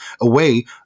away